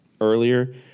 earlier